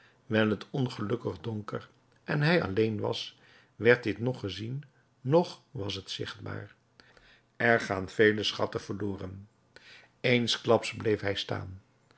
wijl t ongelukkig donker en hij alleen was werd dit noch gezien noch was het zichtbaar er gaan veel schatten verloren eensklaps bleef hij staan